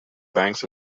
banks